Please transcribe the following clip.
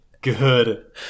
good